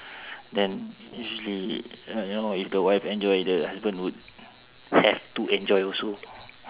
then usually you know you know if the wife enjoy the husband would have to enjoy also